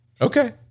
Okay